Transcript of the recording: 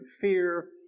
fear